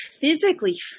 physically